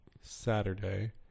Saturday